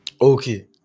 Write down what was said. Okay